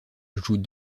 joue